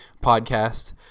podcast